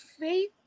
faith